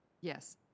Yes